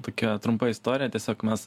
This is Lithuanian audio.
tokia trumpa istorija tiesiog mes